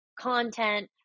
content